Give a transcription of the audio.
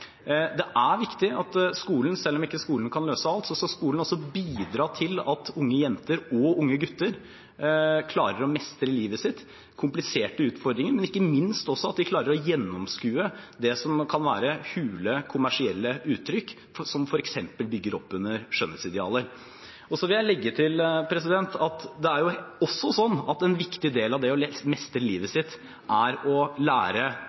Det er viktig at skolen, selv om ikke skolen kan løse alt, bidrar til at unge jenter og unge gutter klarer å mestre livet sitt, kompliserte utfordringer, men ikke minst også at de klarer å gjennomskue det som kan være hule, kommersielle uttrykk, som f.eks. bygger opp under skjønnhetsidealer. Jeg vil legge til at det jo også er sånn at en viktig del av det å mestre livet sitt, er å lære